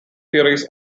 theories